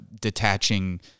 detaching